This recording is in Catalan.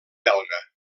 belga